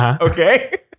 Okay